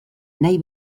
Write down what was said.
nahi